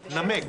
נמק.